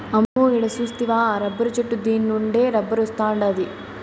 అమ్మో ఈడ సూస్తివా రబ్బరు చెట్టు దీన్నుండే రబ్బరొస్తాండాది